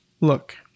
look